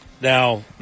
Now